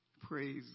Praise